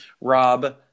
Rob